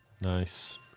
Nice